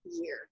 year